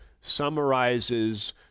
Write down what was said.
summarizes